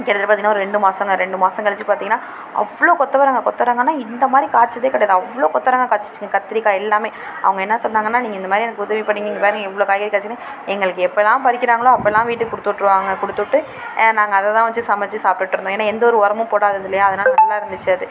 கிட்டத்தட்ட பார்த்திங்கனா ஒரு ரெண்டு மாசங்க ரெண்டு மாதம் கழித்து பார்த்திங்கனா அவ்வளோ கொத்தவரங்காய் கொத்தரங்காய்ன்னா இந்தமாதிரி காய்ச்சதே கிடையாது அவ்வளோ கொத்தரங்காய் காய்ச்சுச்சுங்க கத்திரிக்காய் எல்லாமே அவங்க என்ன சொன்னாங்கன்னால் நீங்கள் இந்தமாதிரி எனக்கு உதவி பண்ணீங்க இங்கே பாருங்கள் இவ்வளோ காய்கறி காய்ச்சினு எங்களுக்கு எப்போலான் பறிக்கிறாங்களோ அப்போலான் வீட்டுக்கு கொடுத்து விட்ருவாங்க கொடுத்துட்டு நாங்கள் அதை தான் வச்சு சமச்சு சாப்பிட்டுட்ருந்தோம் ஏன்னா எந்த ஒரு உரமும் போடாததில்லையா அதனால நல்லாருந்துச்சு அது